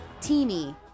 Teeny